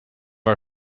our